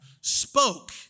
spoke